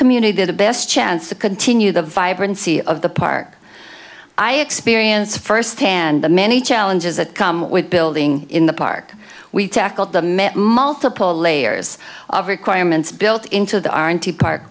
community the best chance to continue the vibrancy of the park i experience firsthand the many challenges that come with building in the park we tackled the met multiple layers of requirements built into the our into park